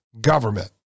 government